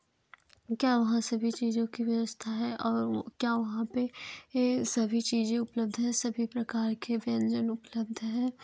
क्या वहाँ सभी चीज़ों की व्यवस्था है और क्या वहाँ पर सभी चीज़ें उपलब्ध हैं सभी प्रकार के व्यंजन उपलब्ध हैं